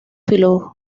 filología